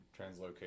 translocate